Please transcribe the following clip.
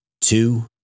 two